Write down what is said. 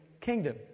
kingdom